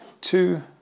two